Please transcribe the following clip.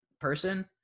person